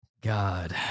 God